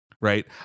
Right